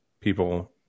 people